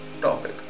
topic